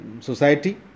society